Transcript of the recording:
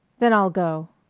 then i'll go.